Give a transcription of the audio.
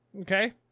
okay